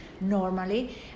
normally